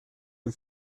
dem